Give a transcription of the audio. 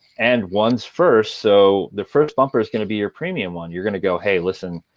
and one's first, so the first bumper is going to be your premium one. you're going to go, hey, listen,